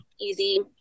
easy